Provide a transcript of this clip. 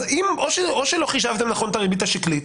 או שלא חישבתם נכון את הריבית השקלית